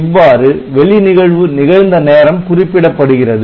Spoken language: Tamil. இவ்வாறு வெளி நிகழ்வு நிகழ்ந்த நேரம் குறிப்பிடப்படுகிறது